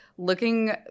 Looking